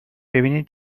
ببینین